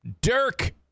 Dirk